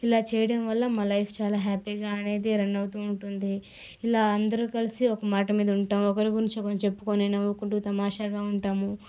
ఇలా చేయడం వల్ల మా లైఫ్ చాలా హ్యాపీగా అనేది రన్ అవుతూ ఉంటుంది ఇలా అందరూ కలిసి ఒక మాట మీద ఉంటాం ఒకరి గురించి ఒకరం చెప్పుకొని నవ్వుకుంటూ తమాషాగా ఉంటాము